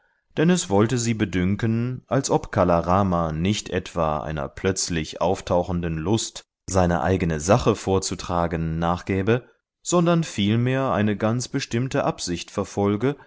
denn es wollte sie bedünken als ob kala rama nicht etwa einer plötzlich auftauchenden lust seine eigene sache vorzutragen nachgäbe sondern vielmehr eine ganz bestimmte absicht verfolge